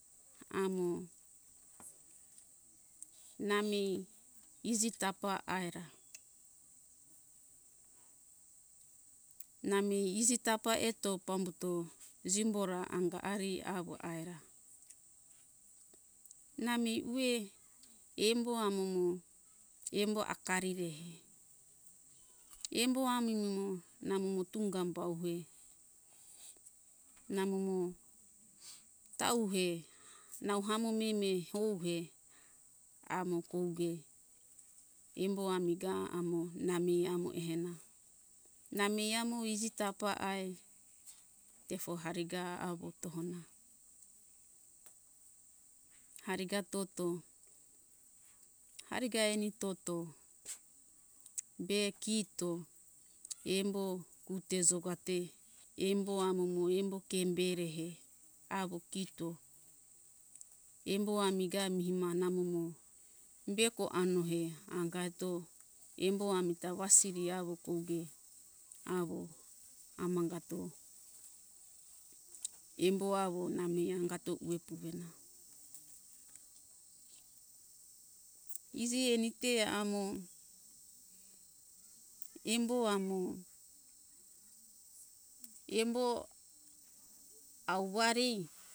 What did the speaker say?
Amo na mei iji tapa aira na mei iji tapa eto pambuto jimbora anga ari awo aira nami uwe embo amo mo embo akarirehe embo ami mi mo na mu mo tunga bauhe na mu mo tauhe nau hamo mei mei ouhe amo kouge embo amiga amo nami amo ehena na mei amo iji tapa ai fefo hariga awo to hona ariga toto ariga eni toto be kito embo ute jogate embo amomo embo kemberehe awo kito embo amiga mi ma namomo beko anohea angato embo amita wasiri awo koge awo amangato embo awo na mei angato uwe puwena iji enite amo embo amo embo awarei